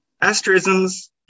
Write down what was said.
Asterisms